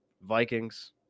Vikings